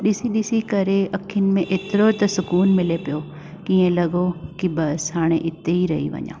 ॾिसी ॾिसी करे अख़ियुनि में एतिरो त सुकून मिले पियो कीअं लॻो कि बसि हाणे हिते ही रही वञा